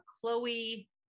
Chloe